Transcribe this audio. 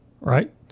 right